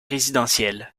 résidentiel